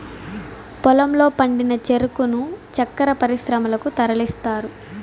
పొలంలో పండిన చెరుకును చక్కర పరిశ్రమలకు తరలిస్తారు